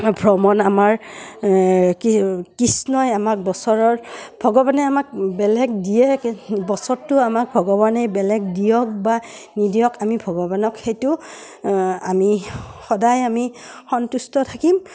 ভ্ৰমণ আমাৰ কি কৃষ্ণই আমাক বছৰৰ ভগৱানে আমাক বেলেগ দিয়ে বছৰটো আমাক ভগৱানে বেলেগ দিয়ক বা নিদিয়ক আমি ভগৱানক সেইটো আমি সদায় আমি সন্তুষ্ট থাকিম